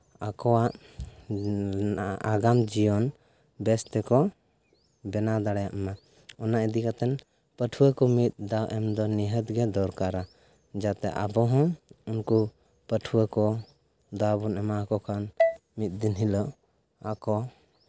ᱠᱚᱣᱟᱜ ᱟᱜᱟᱢ ᱡᱤᱭᱚᱱ ᱵᱮᱥ ᱛᱮᱠᱚ ᱵᱮᱱᱟᱣ ᱫᱟᱲᱮᱭᱟᱜ ᱢᱟ ᱚᱱᱟ ᱤᱫᱤ ᱠᱟᱛᱮ ᱯᱟᱹᱴᱷᱩᱣᱟᱹ ᱠᱚ ᱢᱤᱫ ᱫᱟᱣ ᱮᱢ ᱫᱚ ᱱᱤᱦᱟᱹᱛ ᱜᱮ ᱫᱚᱨᱠᱟᱨᱟ ᱡᱟᱛᱮ ᱟᱵᱚ ᱦᱚᱸ ᱩᱱᱠᱩ ᱯᱟᱹᱴᱷᱩᱣᱟᱹ ᱠᱚ ᱫᱟᱣ ᱵᱚᱱ ᱮᱢᱟ ᱠᱚ ᱠᱷᱟᱱ ᱢᱤᱫ ᱫᱤᱱ ᱦᱤᱞᱳᱜ ᱟᱠᱚ